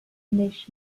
niche